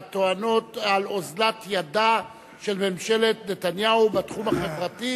הטוענות על אוזלת ידה של ממשלת נתניהו בתחום החברתי,